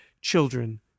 children